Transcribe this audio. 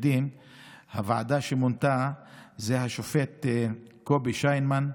הוועדה שמונתה זה של השופט קובי שינמן,